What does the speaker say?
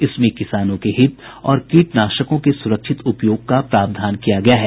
इसमें किसानों के हित और कीटनाशकों के सुरक्षित उपयोग का प्रावधान किया गया है